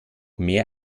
mehr